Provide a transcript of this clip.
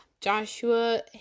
Joshua